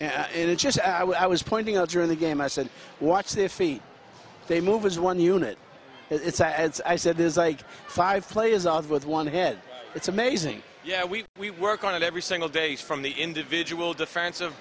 do it just as i was pointing out your in the game i said watch their feet they move as one unit it's as i said there's like five players out with one head it's amazing yeah we we work on it every single day from the individual defensive